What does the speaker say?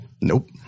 Nope